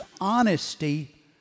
honesty